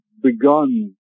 begun